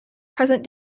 present